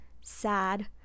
sad